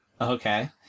Okay